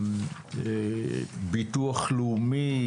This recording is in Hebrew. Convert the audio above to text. בביטוח לאומי,